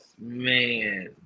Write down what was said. man